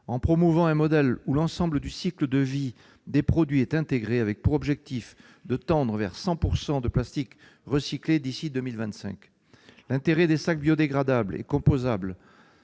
en promouvant un modèle où l'ensemble du cycle de vie des produits est intégré, avec pour objectif de tendre vers 100 % de plastiques recyclés d'ici à 2025. L'intérêt des sacs biodégradables et compostables